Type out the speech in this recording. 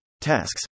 tasks